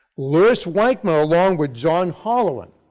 louis weichmann, along with john holohan,